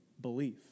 belief